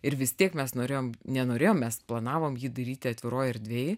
ir vis tiek mes norėjom nenorėjom mes planavom jį daryti atviroj erdvėj